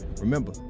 remember